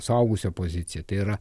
suaugusio poziciją tai yra